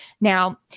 Now